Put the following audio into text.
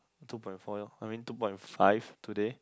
two point four lor I mean two point five today